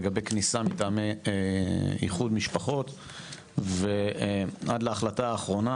לגבי כניסה מטעמי איחוד משפחות ועד להחלטה האחרונה,